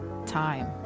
time